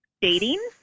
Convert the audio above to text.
dating